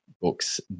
books